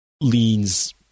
leans